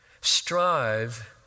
strive